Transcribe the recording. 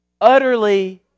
utterly